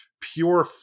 pure